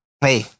hey